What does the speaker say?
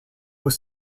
was